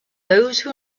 those